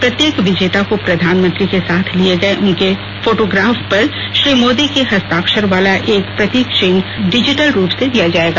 प्रत्येक विजेता को प्रधानमंत्री के साथ लिए गए उनके फोटोग्राफ पर श्री मोदी के हस्ताक्षर वाला एक प्रतीक चिन्ह डिजिटल रूप से दिया जाएगा